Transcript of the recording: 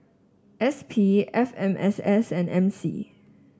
S P F M S S and M C